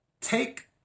take